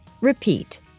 repeat